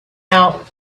out